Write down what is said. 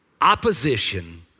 opposition